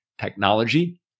Technology